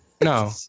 No